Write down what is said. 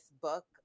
book